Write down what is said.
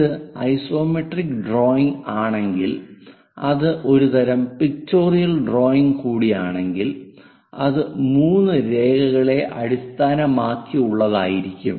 ഇത് isometric drawing ആണെങ്കിൽ അത് ഒരുതരം പിക്ചോറിയൽ ഡ്രോയിംഗ് കൂടിയാണെങ്കിൽ അത് 3 രേഖകളെ അടിസ്ഥാനമാക്കിയുള്ളതായിരിക്കും